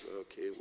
okay